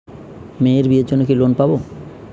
মেয়ের বিয়ের জন্য কি কোন লোন পাব?